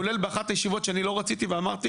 כולל באחת הישיבות שאני לא רציתי ואמרתי